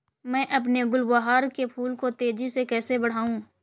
मैं अपने गुलवहार के फूल को तेजी से कैसे बढाऊं?